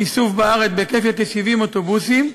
איסוף בארץ בהיקף של כ-70 אוטובוסים,